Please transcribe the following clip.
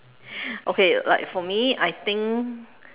okay like for me I think